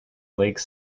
lake